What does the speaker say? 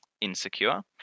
insecure